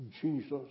Jesus